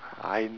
I